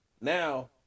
Now